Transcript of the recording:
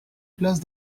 place